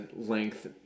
length